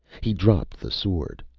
he dropped the sword.